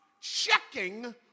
checking